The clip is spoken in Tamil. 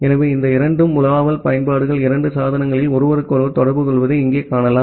ஆகவே இந்த இரண்டு உலாவல் பயன்பாடுகள் இரண்டு சாதனங்களில் ஒருவருக்கொருவர் தொடர்புகொள்வதை இங்கே காணலாம்